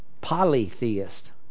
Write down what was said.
polytheist